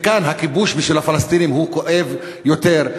וכאן הכיבוש בשביל הפלסטינים הוא כואב יותר.